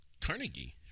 Carnegie